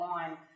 on